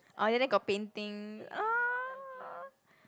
ah ya then got painting